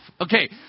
Okay